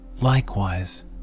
Likewise